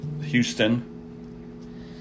Houston